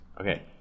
Okay